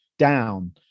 down